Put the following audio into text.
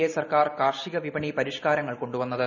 A സർക്കാർ കാർഷിക വിപണി പരിഷ്കാര ങ്ങൾ കൊണ്ടു വന്നത്